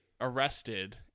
arrested